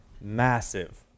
massive